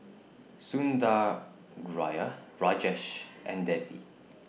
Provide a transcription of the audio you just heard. Sundaraiah Rajesh and Devi